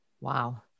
Wow